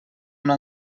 una